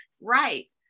Right